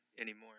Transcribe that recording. anymore